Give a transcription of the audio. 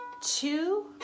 two